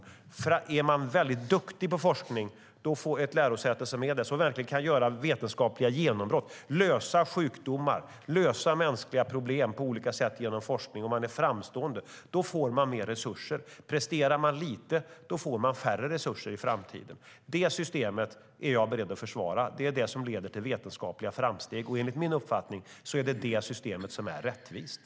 Ett lärosäte som är mycket duktigt på forskning, som verkligen kan göra vetenskapliga genombrott, som genom forskning kan lösa problem med sjukdomar och andra mänskliga problem och därmed vara framstående, får mer resurser. Presterar man lite får man färre resurser i framtiden. Det systemet är jag beredd att försvara för det leder till vetenskapliga framsteg. Enligt min uppfattning är det systemet också rättvist.